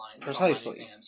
Precisely